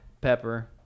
pepper